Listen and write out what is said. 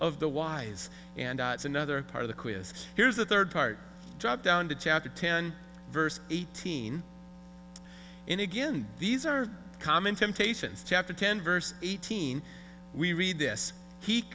of the wise and it's another part of the quiz here's the third part dropped down to chapter ten verse eighteen in again these are common temptations chapter ten verse eighteen we read this he